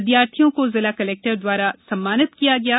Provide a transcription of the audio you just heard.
विद्यार्थियों को जिला कलेक्टर द्वारा सम्मानित किया गया है